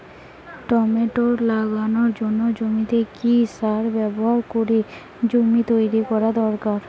Tomato লাগানোর জন্য জমিতে কি সার ব্যবহার করে জমি তৈরি করা দরকার?